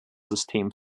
system